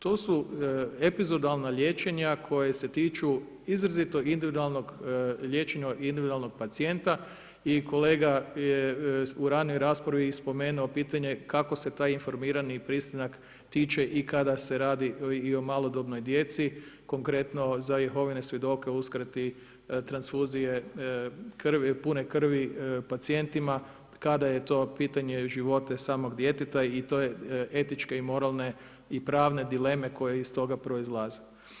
To su epizodalna liječenja koja se tiču izrazito individualnog liječenja individualnog pacijenta i kolega je u ranijoj raspravi i spomenuo pitanje kako se taj informirani pristanak tiče i kada se radi o malodobnoj djeci, konkretno za Jehovine svjedoke, u uskrati transfuzije krvi, pune krvi pacijentima kada je to pitanje života i samog djeteta i to je etičke i moralne i pravne dileme koje iz toga proizlaze.